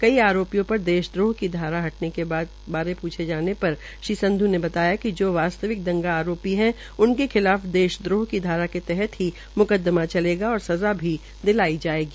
कई आरोपियों पर देशद्रोह की धारा हटने बारे प्रछने पर श्री संधू ने कहा कि जो वास्तविक दंगा आरोपी है उनके खिलाफ देश द्रोह की धारा के तहत ही म्कदमा चलेगा और सजा भी दिलवाई जायेगी